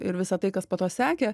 ir visa tai kas po to sekė